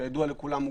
כידוע לכולם,